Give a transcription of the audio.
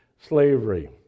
slavery